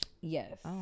yes